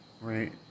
right